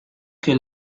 que